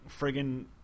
friggin